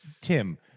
Tim